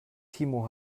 timo